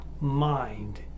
mind